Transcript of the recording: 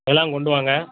எல்லாம் கொண்டு வாங்க